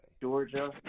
Georgia